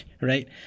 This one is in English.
right